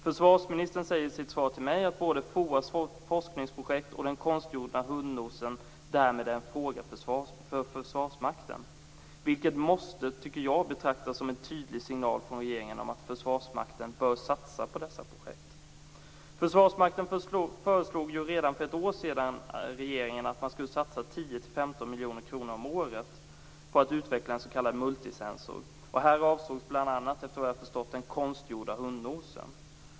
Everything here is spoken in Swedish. Försvarsministern säger i sitt svar till mig att både FOA:s forskningsprojekt och den konstgjorda hundnosen därmed är en fråga för Försvarsmakten. Det måste, tycker jag, betraktas som en tydlig signal från regeringen om att Försvarsmakten bör satsa på dessa projekt. Försvarsmakten föreslog ju regeringen redan för ett år sedan att man skulle satsa 10-15 miljoner kronor om året på att utveckla en s.k. multisensor. Här avsågs bl.a. efter vad jag förstått den konstgjorda hundnosen.